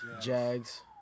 Jags